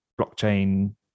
blockchain